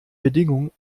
bedingung